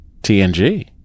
TNG